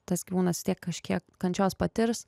tas gyvūnas vis tiek kažkiek kančios patirs